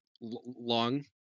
long